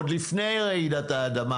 עוד לפני רעידת האדמה